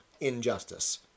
injustice